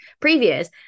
previous